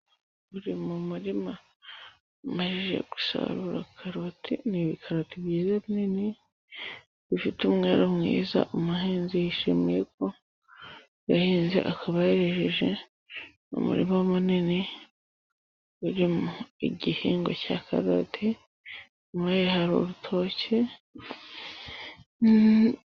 Uri mu murima amaze gusarura karoti. Ni ibikaro byiza binini bifite umwero mwiza. Umuhinzi yishimiye ko ubuhinzi, akaba yejeje umurima munini urimo igihingwa cya karoti inyuma hari urutoke.